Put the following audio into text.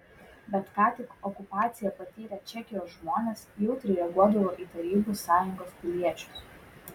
bet ką tik okupaciją patyrę čekijos žmonės jautriai reaguodavo į tarybų sąjungos piliečius